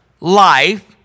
life